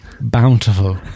bountiful